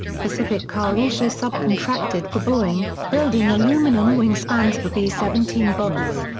pacific car also sub-contracted for boeing, building aluminum wingspans for b seventeen bombers.